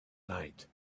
night